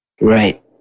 right